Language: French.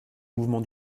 mouvements